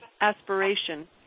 aspiration